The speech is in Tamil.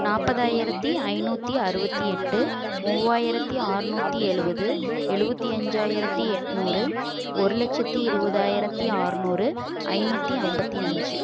நாற்பதாயிரத்தி ஐந்நூற்றி அறுபத்தி எட்டு மூவாயிரத்து ஆறுநூற்றி எழுவது எழுவத்தி அஞ்சாயிரத்து எட்நூறு ஒரு லட்சத்து இருபதாயிரத்தி ஆறுநூறு ஐந்நூற்றி ஐம்பத்தி அஞ்சு